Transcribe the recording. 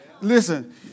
Listen